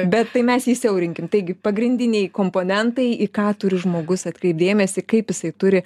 bet tai mes jį siaurinkim taigi pagrindiniai komponentai į ką turi žmogus atkreipt dėmesį kaip jisai turi